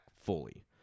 fully